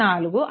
4 ix